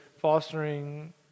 fostering